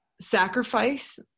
sacrifice